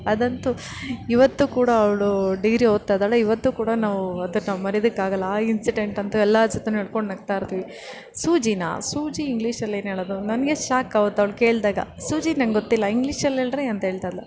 ಅದಂತೂ ಇವತ್ತು ಕೂಡ ಅವಳು ಡಿಗ್ರಿ ಓದ್ತಾಯಿದ್ದಾಳೆ ಇವತ್ತು ಕೂಡ ನಾವು ಅದನ್ನು ಮರೆಯೋದಕ್ಕಾಗಲ್ಲ ಆ ಇನ್ಸಿಡೆಂಟ್ ಅಂತು ಎಲ್ಲರ ಜೊತೆಯೂ ಹೇಳ್ಕೊಂಡು ನಗ್ತಾಯಿರ್ತೀವಿ ಸೂಜಿನಾ ಸೂಜಿ ಇಂಗ್ಲಿಷಲ್ಲಿ ಏನೇಳೋದು ನನಗೆ ಶಾಕ್ ಆವತ್ತು ಅವ್ಳು ಕೇಳಿದಾಗ ಸೂಜಿ ನನಗ್ಗೊತ್ತಿಲ್ಲ ಇಂಗ್ಲಿಷಲ್ಲಿ ಹೇಳ್ರಿ ಅಂತ ಹೇಳ್ತಾಯಿದ್ಲು